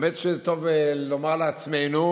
האמת שטוב לומר לעצמנו,